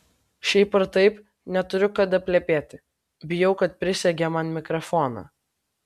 šiaip ar taip neturiu kada plepėti bijau kad prisegė man mikrofoną